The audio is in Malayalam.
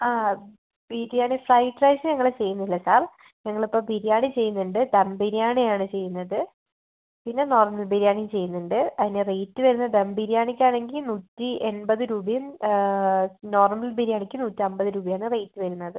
ആ ബിരിയാണി ഫ്രൈഡ് റൈസ് ഞങ്ങൾ ചെയ്യുന്നില്ല സാർ ഞങ്ങൾ ഇപ്പോൾ ബിരിയാണി ചെയ്യുന്നുണ്ട് ദം ബിരിയാണി ആണ് ചെയ്യുന്നത് പിന്നെ നോർമൽ ബിരിയാണിയും ചെയ്യുന്നുണ്ട് അതിന് റേറ്റ് വരുന്നത് ദം ബിരിയാണിക്ക് ആണെങ്കീ നൂറ്റി എൺപത് രൂപയും നോർമൽ ബിരിയാണിക്ക് നൂറ്റൻപത് രൂപ ആണ് റേറ്റ് വരുന്നത്